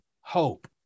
hope